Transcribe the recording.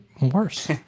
worse